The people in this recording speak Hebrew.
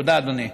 תודה, אדוני.